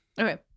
Okay